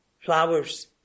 flowers